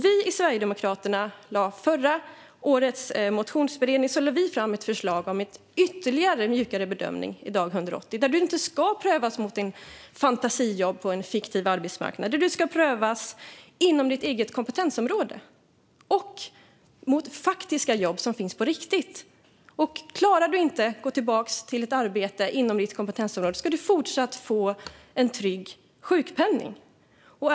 Vi i Sverigedemokraterna lade vid förra årets motionsberedning fram ett förslag om ytterligare mjukare bedömning vid dag 180. Du ska inte prövas mot fantasijobb på en fiktiv arbetsmarknad. Du ska prövas inom ditt eget kompetensområde och mot faktiska jobb som finns på riktigt. Klarar du inte att gå tillbaka till ett arbete inom ditt kompetensområde ska du även fortsättningsvis få en trygg sjukpenning.